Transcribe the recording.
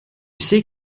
sais